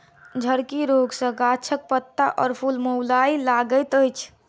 झड़की रोग सॅ गाछक पात आ फूल मौलाय लगैत अछि